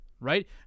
right